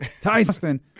Tyson